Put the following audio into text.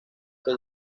que